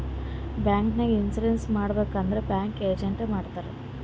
bank ನಾಗ್ insurance ಮಾಡಬೇಕ್ ಅಂದುರ್ ಬ್ಯಾಂಕ್ ಏಜೆಂಟ್ ಎ ಮಾಡ್ತಾರ್